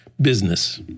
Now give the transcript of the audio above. business